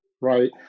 right